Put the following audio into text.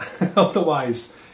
Otherwise